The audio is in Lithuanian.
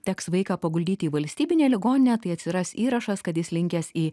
teks vaiką paguldyti į valstybinę ligoninę tai atsiras įrašas kad jis linkęs į